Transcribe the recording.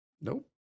Nope